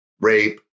rape